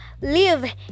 Live